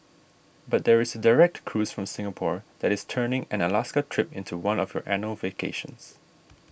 but there is direct cruise from Singapore that is turning an Alaska trip into one of your annual vacations